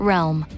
Realm